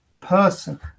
Person